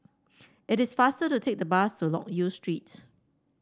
it is faster to take the bus to Loke Yew Street